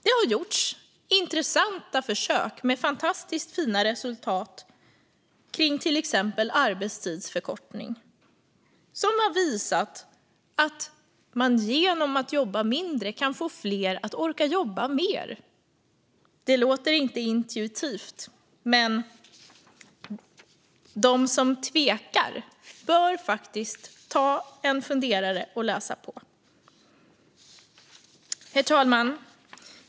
Det har gjorts intressanta försök med fantastiskt fina resultat kring till exempel arbetstidsförkortning, som har visat att man genom att jobba mindre kan få fler att orka jobba mer. Det låter inte som något man intuitivt tänker sig, men de som tvekar bör ta sig en funderare och läsa på. Herr talman!